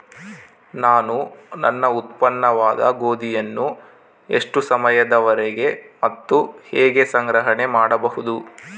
ನಾನು ನನ್ನ ಉತ್ಪನ್ನವಾದ ಗೋಧಿಯನ್ನು ಎಷ್ಟು ಸಮಯದವರೆಗೆ ಮತ್ತು ಹೇಗೆ ಸಂಗ್ರಹಣೆ ಮಾಡಬಹುದು?